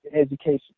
education